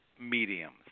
mediums